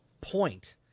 point